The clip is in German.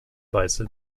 weise